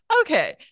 okay